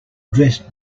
dressed